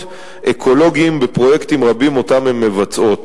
אקולוגים בפרויקטים רבים שהן מבצעות.